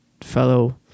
fellow